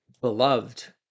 beloved